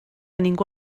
ningú